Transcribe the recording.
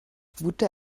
gute